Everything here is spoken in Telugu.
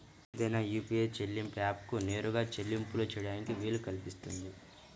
ఏదైనా యూ.పీ.ఐ చెల్లింపు యాప్కు నేరుగా చెల్లింపులు చేయడానికి వీలు కల్పిస్తుంది